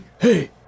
hey